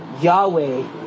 Yahweh